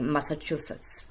Massachusetts